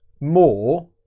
more